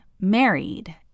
married